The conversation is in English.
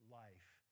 life